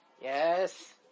Yes